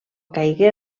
caigué